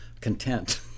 content